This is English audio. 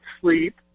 sleep